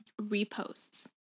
reposts